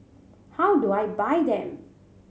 how do I buy them